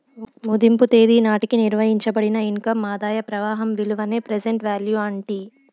మదింపు తేదీ నాటికి నిర్వయించబడిన ఇన్కమ్ ఆదాయ ప్రవాహం విలువనే ప్రెసెంట్ వాల్యూ అంటీ